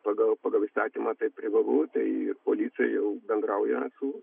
pagal pagal įstatymą tai privalu tai policija jau bendraujant su